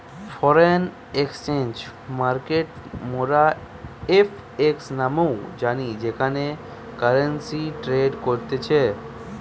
foreign exchange মার্কেটকে মোরা FX নামেও জানি যেখানে কারেন্সি ট্রেড করতিছে